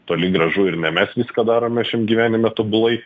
toli gražu ir ne mes viską darome šiam gyvenime tobulai